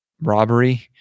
robbery